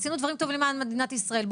עשינו דברים טובים למען מדינת ישראל.